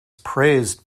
praised